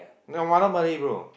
they wanna Bali bro